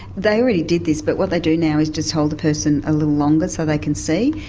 they already did this, but what they do now is just hold the person a little longer so they can see,